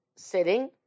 sitting